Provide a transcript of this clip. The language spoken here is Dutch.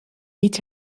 niet